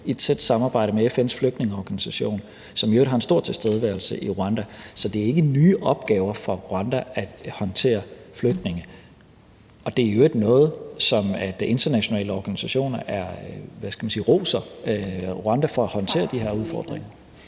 i tæt samarbejde med FN's flygtningeorganisation, som i øvrigt har en stor tilstedeværelse i Rwanda. Så det er ikke en ny opgave for Rwanda at skulle håndtere flygtninge. Og internationale organisationer roser i øvrigt Rwanda for at håndtere de her udfordringer.